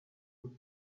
the